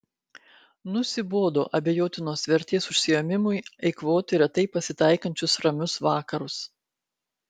nusibodo abejotinos vertės užsiėmimui eikvoti retai pasitaikančius ramius vakarus